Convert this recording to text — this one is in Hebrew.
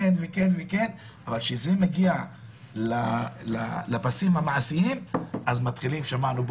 אבל כשזה מגיע לפסים המעשיים אז מתחילים להסס.